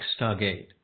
Stargate